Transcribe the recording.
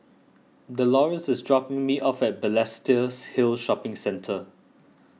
Dolores is dropping me off at Balestiers Hill Shopping Centre